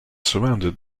surrounded